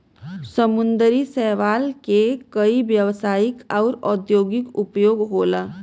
समुंदरी शैवाल के कई व्यवसायिक आउर औद्योगिक उपयोग होला